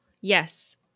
Yes